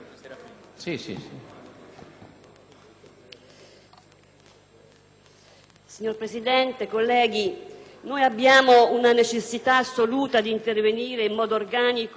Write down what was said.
Signor Presidente, colleghi, abbiamo necessità assoluta di intervenire in modo organico sul tema della tutela dei minori stranieri e in particolare